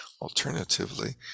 Alternatively